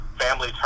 family